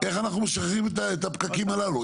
איך אנחנו משחררים את הפקקים הללו?